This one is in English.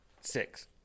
Six